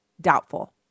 doubtful